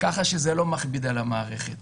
כך שזה לא מכביד על המערכת.